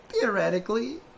theoretically